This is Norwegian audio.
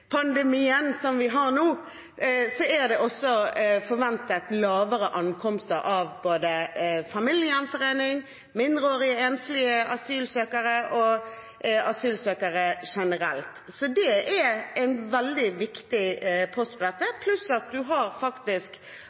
vi har nå – viser lavere tall når det gjelder ankomster både på familiegjenforening, enslige mindreårige asylsøkere og asylsøkere generelt. Så det er en veldig viktig post her, pluss at